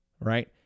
Right